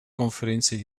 conferentie